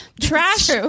trash